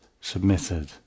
submitted